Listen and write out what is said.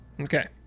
Okay